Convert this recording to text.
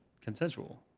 consensual